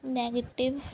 negative